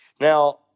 Now